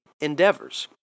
endeavors